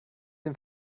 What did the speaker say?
dem